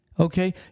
Okay